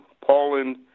Poland